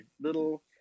little